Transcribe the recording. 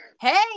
hey